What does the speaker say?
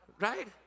right